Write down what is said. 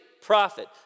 prophet